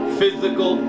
physical